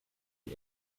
die